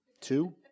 Two